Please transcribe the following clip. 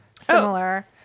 similar